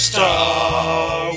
Star